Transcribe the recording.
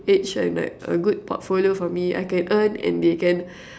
edge and like a good portfolio for me I can earn and they can